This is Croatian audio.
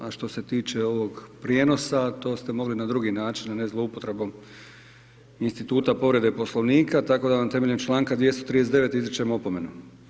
A što se tiče ovog prijenosa, to ste mogli na drugi način, a ne zloupotrebom instituta povrede poslovnika, tako da vam temeljem čl. 239. izričem opomenu.